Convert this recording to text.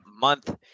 month